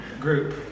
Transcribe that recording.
group